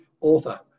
author